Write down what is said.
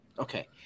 Okay